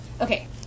Okay